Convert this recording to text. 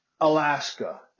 Alaska